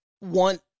want